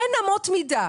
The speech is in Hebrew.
אין אמות מידה.